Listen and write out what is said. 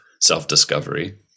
self-discovery